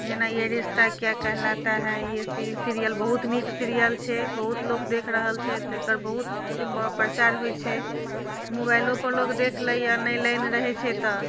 जेना ये रिश्ता क्या कहलाता है ई सीरियल बहुत नीक सीरियल छै बहुत लोक देख रहल छै तऽ एकर बहुत प्रचार होइ छै मोबाइलोपर लोक देख लैए नहि लाइन रहै छै तऽ